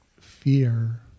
fear